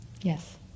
Yes